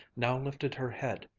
now lifted her head,